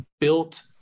built